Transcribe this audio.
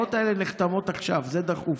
העסקאות האלה נחתמות עכשיו, זה דחוף.